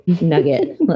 nugget